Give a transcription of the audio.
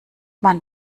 man